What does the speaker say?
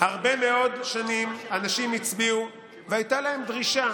הרבה מאוד שנים אנשים הצביעו, והייתה להם דרישה